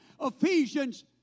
Ephesians